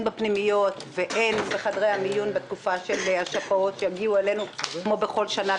בפנימיות והן בחדרי המיון בתקופה של השפעות שיגיעו אלינו כמו בכל שנה,